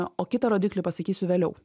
o kitą rodiklį pasakysiu vėliau